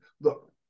Look